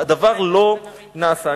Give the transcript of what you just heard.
והדבר לא נעשה.